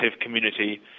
community